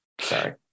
sorry